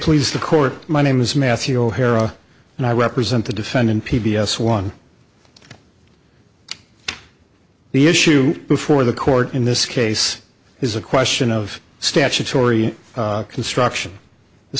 please the court my name is matthew o'hara and i represent the defendant p b s one the issue before the court in this case is a question of statutory construction the